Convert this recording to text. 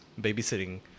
babysitting